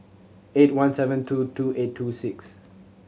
eight one seven two two eight two six